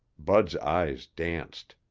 bud's eyes danced.